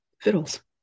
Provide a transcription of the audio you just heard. fiddles